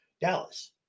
Dallas